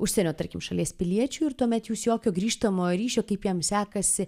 užsienio tarkim šalies piliečiu ir tuomet jūs jokio grįžtamojo ryšio kaip jam sekasi